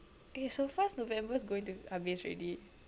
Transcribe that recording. eh so fast november is going to habis already